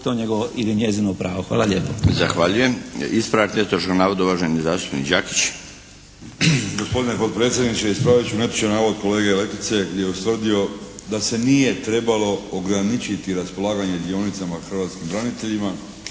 to njegovo ili njezino pravo. Hvala lijepo.